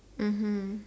mmhmm